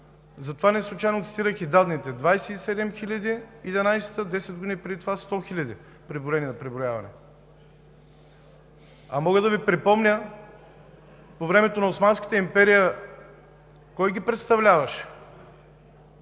затова неслучайно цитирах и данните: 27 хиляди – 2011 г., а 10 години преди това – 100 хиляди, преброени при преброяването. Мога да Ви припомня по времето на Османската империя кой ги представляваше